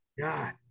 God